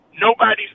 Nobody's